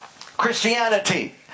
Christianity